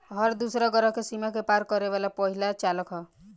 हर दूसरा ग्रह के सीमा के पार करे वाला पहिला चालक ह